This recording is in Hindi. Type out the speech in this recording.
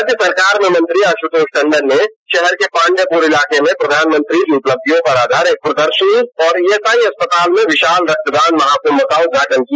राज्य सरकार में मंत्री आशुतोष टंडन ने शहर के पांडेयपुर इलाके में प्रधानमंत्री की उपलक्षियों पर आधारित प्रदर्शनी और ईएसआई अस्पताल में विशाल रक्तदान महाकुंभ का उद्घाटन किया